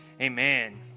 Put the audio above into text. Amen